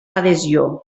adhesió